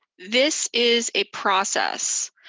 this is a process.